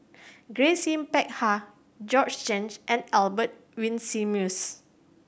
Grace Yin Peck Ha Georgette Chen and Albert Winsemius